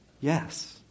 Yes